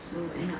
so end up